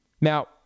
Now